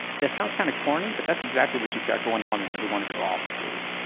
that sounds kind of corny, but that's exactly what you've got going on in every one of your offices,